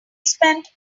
spent